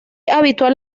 habitual